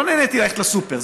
לא נהניתי ללכת לסופר.